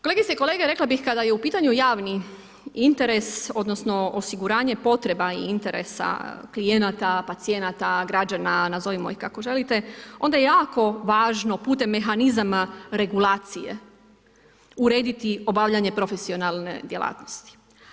Kolegice i kolege, rekla bih kada je u pitanju javni interes, odnosno, osiguranje potreba interesa klijenata, pacijenata, građana, nazovimo ih kako želite, onda je jako važno, putem mehanizama regulacije urediti obavljanje profesionalne djelatnosti.